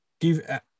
give